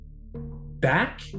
back